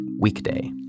weekday